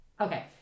Okay